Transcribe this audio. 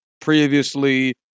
previously